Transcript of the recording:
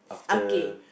okay